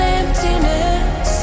emptiness